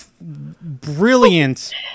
brilliant